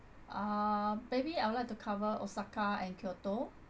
uh maybe I would like to cover osaka and kyoto